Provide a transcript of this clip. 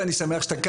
ואני שמח שאתה כאן,